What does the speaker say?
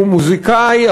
הוא מוזיקאי,